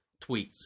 tweets